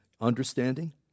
understanding